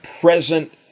present